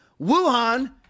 Wuhan